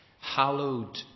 hallowed